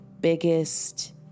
biggest